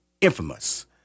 infamous